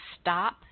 stop